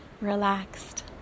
relaxed